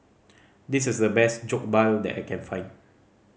this is the best Jokbal that I can find